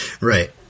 Right